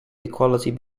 equality